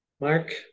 Mark